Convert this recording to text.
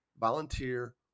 volunteer